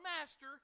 Master